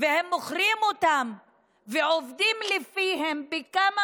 אני עליתי לפה כי השר עמאר אמר לי: מה